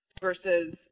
versus